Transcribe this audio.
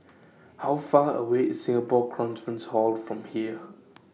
How Far away IS Singapore Conference Hall from here